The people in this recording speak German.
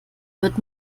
wird